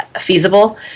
feasible